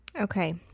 Okay